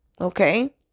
Okay